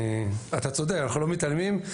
אתה צודק, אנחנו לא מתעלמים.